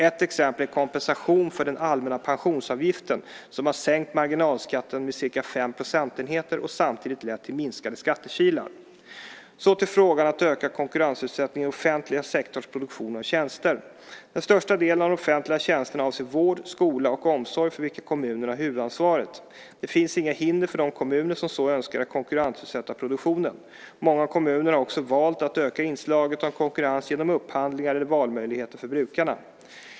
Ett exempel är kompensationen för den allmänna pensionsavgiften som har sänkt marginalskatten med cirka fem procentenheter och samtidigt lett till minskade skattekilar. Så till frågan om att öka konkurrensutsättningen i offentlig sektors produktion av tjänster. Den största delen av de offentliga tjänsterna avser vård, skola och omsorg för vilka kommunerna har huvudansvaret. Det finns inga hinder för de kommuner som så önskar att konkurrensutsätta produktionen. Många kommuner har också valt att öka inslaget av konkurrens genom upphandlingar eller valmöjligheter för brukarna.